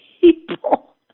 people